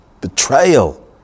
betrayal